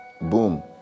Boom